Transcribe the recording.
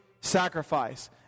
sacrifice